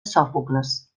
sòfocles